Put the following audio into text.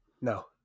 no